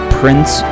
prince